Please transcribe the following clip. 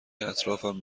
اطرافم